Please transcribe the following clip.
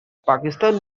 pakistan